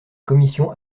commission